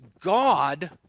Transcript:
God